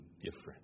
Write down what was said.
different